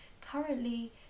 currently